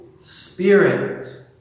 Spirit